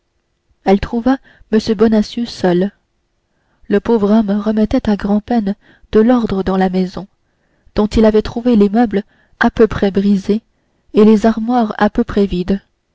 elle trouva m bonacieux seul le pauvre homme remettait à grandpeine de l'ordre dans la maison dont il avait trouvé les meubles à peu près brisés et les armoires à peu près vides